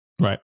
Right